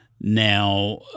Now